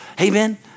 Amen